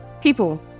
People